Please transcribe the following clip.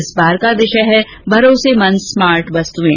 इस बार का विषय है भरोसेमंद स्मार्ट वस्तुएं